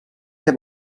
què